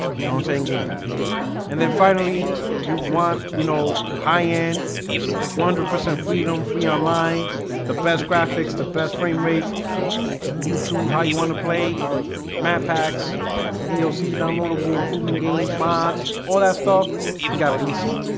you know i'm saying game pass and then finally you want you know, high-end one hundred percent freedom free online the best graphics the best frame rates you choose how you want to play map packs dlc downloadable improvement games mods all that stuff you got pc